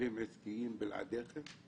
להגבלים עסקיים בלעדיכם?